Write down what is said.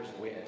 win